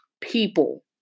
people